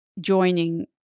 joining